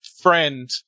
friend